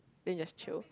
then you just chill